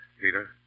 Peter